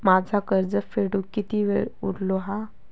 माझा कर्ज फेडुक किती वेळ उरलो हा?